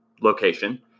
location